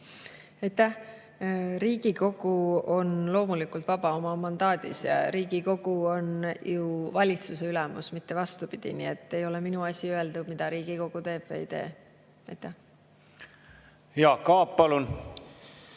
Riigikogu on loomulikult vaba oma mandaadis ja Riigikogu on ju valitsuse ülemus, mitte vastupidi. Nii et ei ole minu asi öelda, mida Riigikogu teeb või ei tee. Jaak Aab, palun!